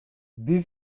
бир